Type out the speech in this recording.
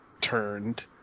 turned